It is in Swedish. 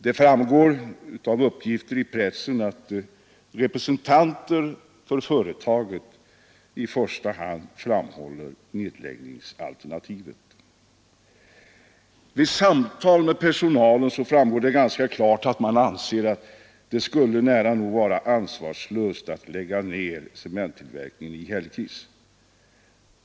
Det framgår av uppgifter i pressen att representanter för företaget i första hand framhåller nedläggningsalternativet. Vid samtal med personalen visar det sig ganska klart att man anser att det skulle vara nära nog ansvarslöst att lägga ner cementtillverkningen i Hällekis.